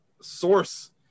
source